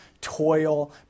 toil